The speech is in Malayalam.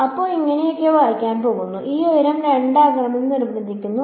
അപ്പോ ഇങ്ങിനെയൊക്കെ വായിക്കാൻ പോകുന്നു ഈ ഉയരം 2 ആക്കണമെന്ന് നിർബന്ധിക്കുന്നു